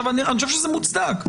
אני חושב שזה מוצדק.